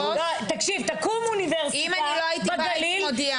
תקשיב, תקום אוניברסיטה בגליל.